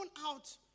out